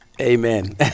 Amen